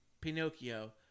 Pinocchio